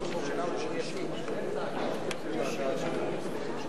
וסיעת חד"ש לסעיף 2